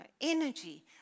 energy